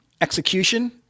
Execution